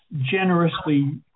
generously